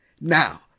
Now